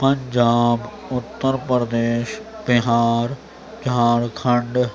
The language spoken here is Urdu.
پنجاب اتر پردیش بہار جھارکھنڈ